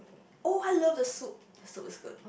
oh I love the soup the soup is good